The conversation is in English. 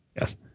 Yes